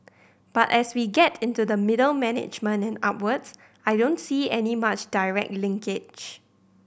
but as we get into the middle management and upwards I don't see any much direct linkage